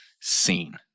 seen